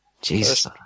Jesus